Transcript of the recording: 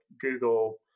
Google